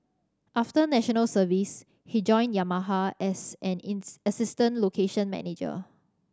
after National Service he joined Yamaha as an assistant location manager